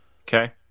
Okay